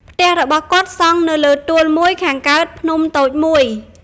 ផ្ទះរបស់គាត់សង់នៅលើទួលមួយខាងកើតភ្នំតូចមួយ។